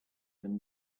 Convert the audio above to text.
than